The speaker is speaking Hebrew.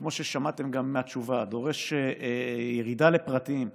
שכמו ששמעתם גם מהתשובה דורש ירידה לפרטים ולעומק,